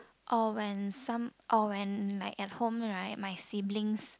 or when some or when like at home right my siblings